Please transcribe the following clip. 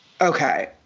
Okay